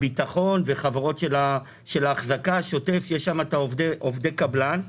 הביטחון וחברות האחזקה השוטפת שיש אצלם את עובדי הקבלן.